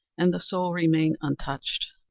and the soul remained untouched.